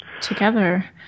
together